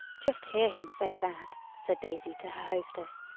just hear him say that! said daisy to her hostess,